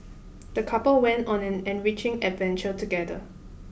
the couple went on an enriching adventure together